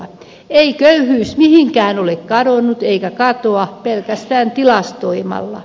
ei köyhyys mihinkään ole kadonnut eikä katoa pelkästään tilastoimalla